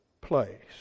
place